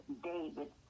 David